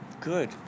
Good